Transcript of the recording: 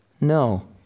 No